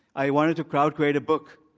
i want to crowd-create a book.